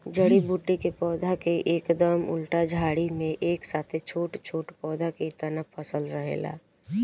जड़ी बूटी के पौधा के एकदम उल्टा झाड़ी में एक साथे छोट छोट पौधा के तना फसल रहेला